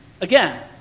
again